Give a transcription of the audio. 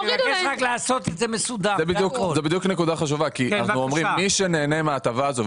מי שנהנים מההטבה הזו,